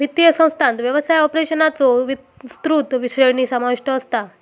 वित्तीय संस्थांत व्यवसाय ऑपरेशन्सचो विस्तृत श्रेणी समाविष्ट असता